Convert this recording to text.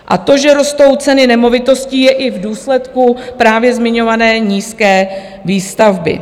A to, že rostou ceny nemovitostí, je i v důsledku právě zmiňované nízké výstavby.